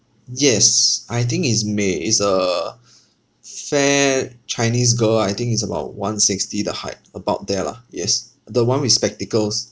yes I think it's may it's a fair chinese girl I think it's about one sixty the height about there lah yes the one with spectacles